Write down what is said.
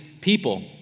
people